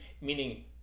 meaning